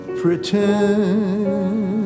pretend